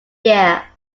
year